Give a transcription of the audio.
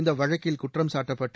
இந்த வழக்கில் குற்றம் சாட்டப்பட்டு